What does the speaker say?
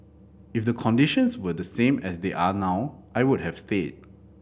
if the conditions were the same as they are now I would have stayed